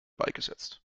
beigesetzt